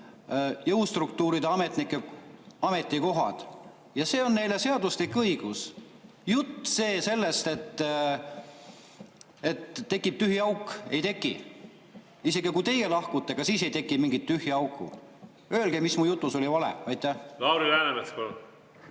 jõustruktuuride ametnike ametikohad ja see on nende seaduslik õigus. Jutt sellest, et tekib tühi auk – ei teki. Isegi kui teie lahkute, ka siis ei teki mingit tühja auku. Öelge, mis mu jutus oli vale. Aitäh, lugupeetud